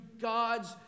God's